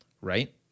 right